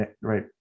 Right